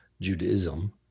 judaism